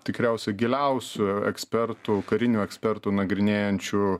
tikriausiai giliausių ekspertų karinių ekspertų nagrinėjančių